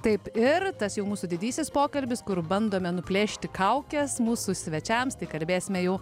taip ir tas jau mūsų didysis pokalbis kur bandome nuplėšti kaukes mūsų svečiams tai kalbėsime jau